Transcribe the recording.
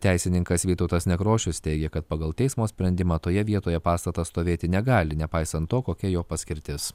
teisininkas vytautas nekrošius teigia kad pagal teismo sprendimą toje vietoje pastatas stovėti negali nepaisant to kokia jo paskirtis